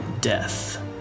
death